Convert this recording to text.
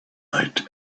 night